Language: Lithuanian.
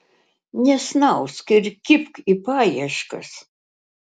nesnausk ir kibk į paieškas